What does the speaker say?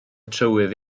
trywydd